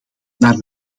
naar